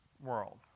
world